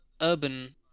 urban